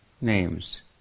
names